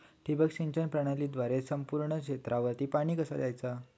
ठिबक सिंचन प्रणालीद्वारे संपूर्ण क्षेत्रावर पाणी कसा दयाचा?